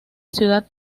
ciudad